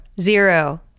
Zero